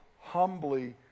humbly